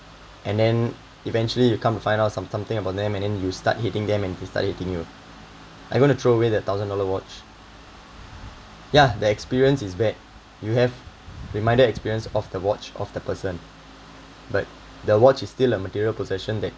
and then eventually you come to find out some something about them and then you start hating them and they start hating you are you gonna throw away that thousand dollar watch ya the experience is bad you have reminded experience of the watch of the person but the watch is still a material possession that